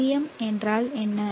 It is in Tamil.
Vm என்றால் என்ன